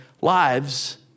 lives